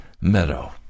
Meadow